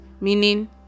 meaning